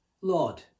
Lord